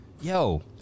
Yo